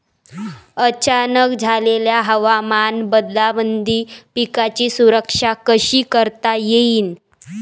अचानक झालेल्या हवामान बदलामंदी पिकाची सुरक्षा कशी करता येईन?